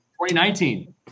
2019